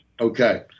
Okay